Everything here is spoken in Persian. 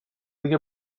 دیگه